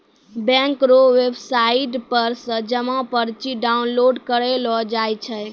bank रो website पर से जमा पर्ची डाउनलोड करेलो जाय छै